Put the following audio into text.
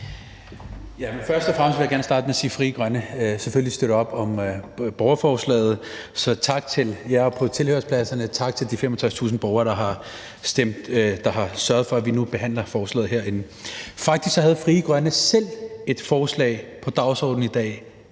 Først og fremmest vil jeg gerne starte med at sige, at Frie Grønne selvfølgelig støtter op om borgerforslaget. Så tak til jer på tilhørerpladserne, tak til de 65.000 borgere, der har sørget for, at vi nu behandler forslaget herinde. Faktisk havde Frie Grønne selv et forslag på dagsordenen i dag,